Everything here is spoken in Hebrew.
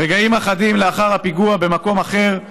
רגעים אחדים לאחר הפיגוע, במקום אחר,